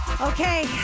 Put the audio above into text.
Okay